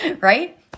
right